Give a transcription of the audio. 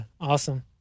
Awesome